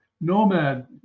Nomad